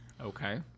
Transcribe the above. okay